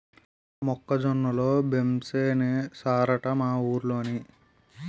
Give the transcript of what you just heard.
మొక్క జొన్న లో బెంసేనేశారట మా ఊరోలు